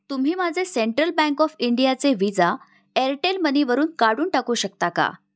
तुम्ही माझे central bank of इंडियाचे व्हिजा एअरटेल मनीवरून काढून टाकू शकता का